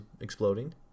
exploding